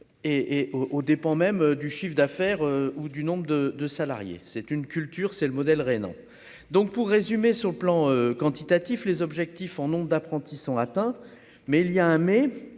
au au dépend même du chiffre d'affaires ou du nombre de de salariés, c'est une culture, c'est le modèle rhénan donc pour résumer sur le plan quantitatif les objectifs en nombre d'apprentis sont atteints, mais il y a un mais